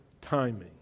timing